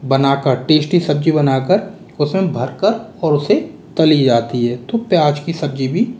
बना कर टेस्टी सब्ज़ी बना कर उसमें भर कर और उसे तली जाती है तो प्याज की सब्ज़ी भी